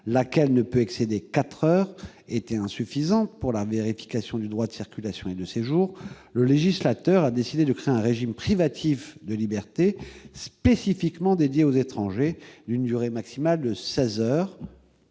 laquelle ne peut excéder quatre heures, était insuffisante pour la vérification du droit de circulation et de séjour, le législateur a décidé de créer un régime privatif de liberté spécifiquement dédié aux étrangers, d'une durée maximale de seize heures-